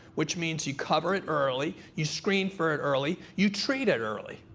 which means you cover it early. you screen for it early. you treat it early,